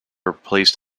replaced